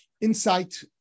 insight